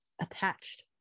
attached